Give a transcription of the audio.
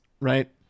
right